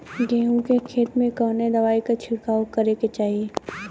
गेहूँ के खेत मे कवने दवाई क छिड़काव करे के चाही?